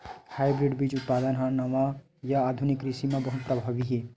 hybrid बीज उत्पादन हा नवा या आधुनिक कृषि मा बहुत प्रभावी हे